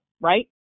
right